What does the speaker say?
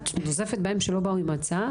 את נוזפת בהם שלא באו עם הצעה?